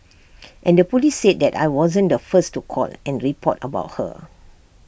and the Police said that I wasn't the first to call and report about her